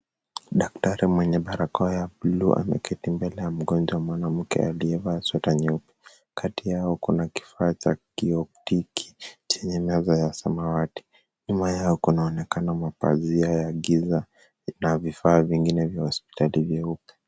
Daktari mwenye barakoa ya blue ameketi mbele ya mgonjwa mwanamke, aliyevaa sweta nyeupe. Kati yao kuna kifaa cha kuoo kwenye meza ya samawati. Nyuma yao kunaonekana mapazia ya giza na vifaa vingine vya hospitali vyeupe.